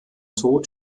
tod